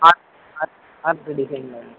heart டிசைனில் sir